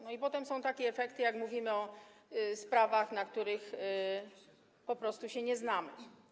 No i potem są takie efekty, gdy mówimy o sprawach, na których się po prostu nie znamy.